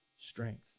strength